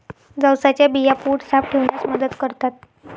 जवसाच्या बिया पोट साफ ठेवण्यास मदत करतात